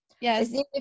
Yes